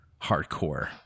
hardcore